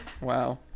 Wow